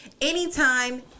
anytime